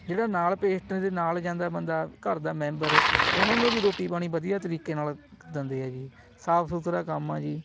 ਜਿਹੜਾ ਨਾਲ ਪੇਸੈਟ ਦੇ ਨਾਲ ਜਾਂਦਾ ਬੰਦਾ ਘਰ ਦਾ ਮੈਂਬਰ ਉਹਨਾਂ ਨੂੰ ਵੀ ਰੋਟੀ ਪਾਣੀ ਵਧੀਆ ਤਰੀਕੇ ਨਾਲ ਦਿੰਦੇ ਆ ਜੀ ਸਾਫ਼ ਸੁਥਰਾ ਕੰਮ ਆ ਜੀ